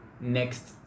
Next